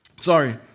sorry